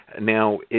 Now